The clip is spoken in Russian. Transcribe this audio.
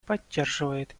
поддерживает